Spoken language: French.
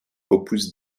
opus